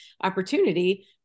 opportunity